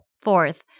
Fourth